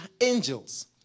angels